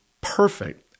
perfect